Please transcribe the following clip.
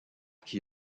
qui